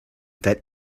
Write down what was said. that